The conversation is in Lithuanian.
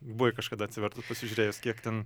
buvai kažkada atsivertus pasižiūrėjus kiek ten